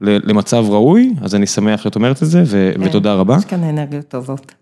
למצב ראוי, אז אני שמח שאת אומרת את זה ותודה רבה. יש כאן אנרגיות טובות.